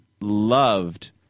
loved